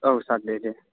औ सार दे दे